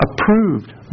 approved